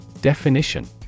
Definition